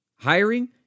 Hiring